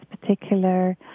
particular